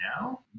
now